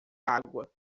água